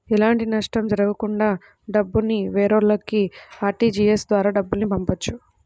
ఎలాంటి నష్టం జరగకుండా డబ్బుని వేరొకల్లకి ఆర్టీజీయస్ ద్వారా డబ్బుల్ని పంపొచ్చు